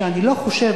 ואני לא חושב,